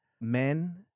men